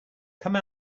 come